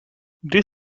the